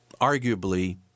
arguably